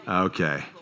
Okay